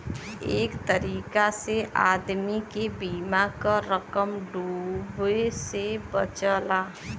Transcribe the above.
एक तरीका से आदमी के बीमा क रकम डूबे से बचला